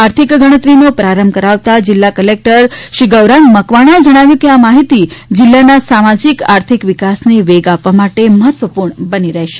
આર્થિક ગણતરીનો પ્રારંભ કરાવવતા જિલ્લા કલેકટર શ્રી ગૌરાંગ મકવાણાએ જણાવ્યું કે આ માહિતી જિલ્લાના સામાજીક આર્થિક વિકાસને વેગ આપવા માટે મહત્ત્વપૂર્ણ બની રહેશે